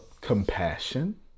Compassion